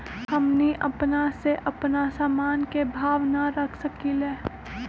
हमनी अपना से अपना सामन के भाव न रख सकींले?